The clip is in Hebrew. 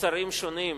מוצרים שונים